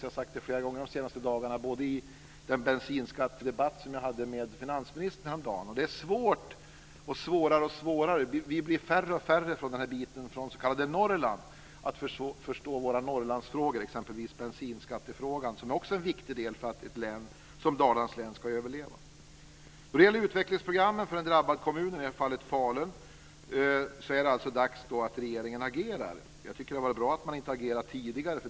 Jag har sagt detta flera gånger de senaste dagarna, bl.a. i den bensinskattedebatt jag hade med finansministern häromdagen. Vi blir färre och färre från det s.k. Norrland. Det blir svårare och svårare att förstå våra Norrlandsfrågor, t.ex. bensinskattefrågan. Den är också viktig för att ett län som Dalarnas län ska överleva. Då det gäller utvecklingsprogrammen för en drabbad kommun - i det här fallet Falun - är det dags att regeringen agerar. Jag tycker att det är bra att man inte har agerat tidigare.